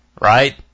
right